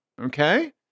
Okay